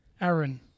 Aaron